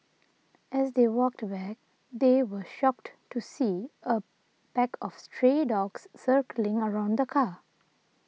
as they walked back they were shocked to see a pack of stray dogs circling around the car